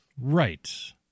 Right